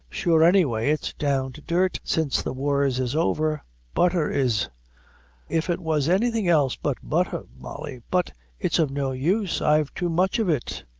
sure, any way, it's down to dirt since the wars is over butther is if it was anything else but butther, molly but it's of no use i've too much of it.